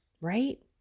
right